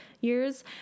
years